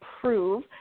prove